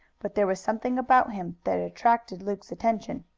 but there was something about him that attracted luke's attention.